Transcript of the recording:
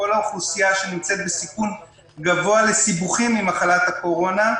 לכל האוכלוסייה שנמצאת בסיכון גבוה לסיבוכים ממחלת הקורונה,